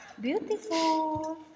beautiful